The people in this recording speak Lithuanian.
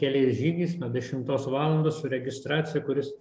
keliais žygis nuo dešimtos valandos su registracija kuris